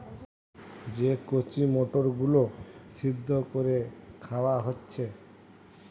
যে কচি মটর গুলো সিদ্ধ কোরে খাওয়া হচ্ছে